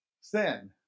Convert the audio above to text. sin